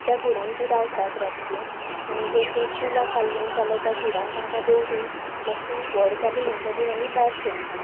त्या घुडान तीं रावतात रातचीं आनी जर तीं पिलां काडलीं जाल्यार त्या घुडान तांकां दवरून मातशी व्हड जालीं म्हणटगीर आमी भायर सोडटात